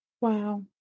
Wow